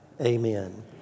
amen